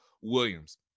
Williams